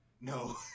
No